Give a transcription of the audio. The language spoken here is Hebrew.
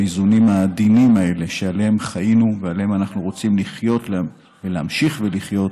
האיזונים העדינים האלה שעליהם חיינו ועליהם אנחנו רוצים להמשיך ולחיות,